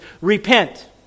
repent